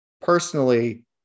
personally